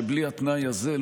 שבלי התנאי הזה,